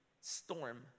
storm